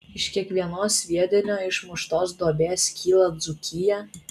iš kiekvienos sviedinio išmuštos duobės kyla dzūkija